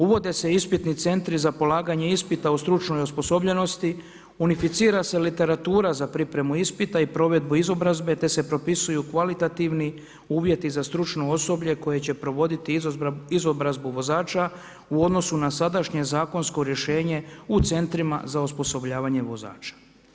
Uvode se ispitni centri za polaganje ispita o stručnoj osposobljenosti, unificira se literatura za pripremu ispita i provedbu izobrazbe, te se propisuju kvalitativni uvjeti za stručno osoblje koje će provoditi izobrazbu vozača u odnosu na sadašnje zakonsko rješenje u centrima za osposobljavanje vozača.